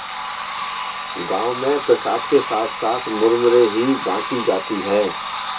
गांव में प्रसाद के साथ साथ मुरमुरे ही बाटी जाती है